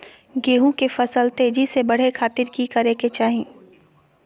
गेहूं के फसल तेजी से बढ़े खातिर की करके चाहि?